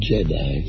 Jedi